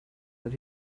that